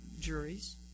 juries